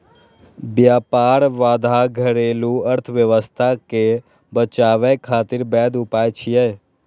व्यापार बाधा घरेलू अर्थव्यवस्था कें बचाबै खातिर वैध उपाय छियै